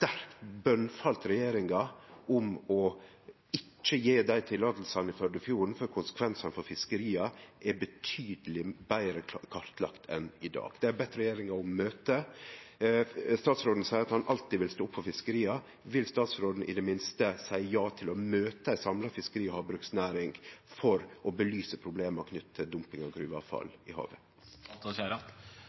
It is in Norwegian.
regjeringa om å ikkje gje dei tillatingane i Førdefjorden før konsekvensane for fiskeria er betydeleg betre kartlagt enn i dag. Dei har bedt regjeringa om eit møte. Statsrådens seier at han alltid vil stå opp for fiskeria. Vil statsråden i det minste seie ja til å møte ei samla fiskeri- og havbruksnæring for å belyse problema knytt til dumping av gruveavfall i havet?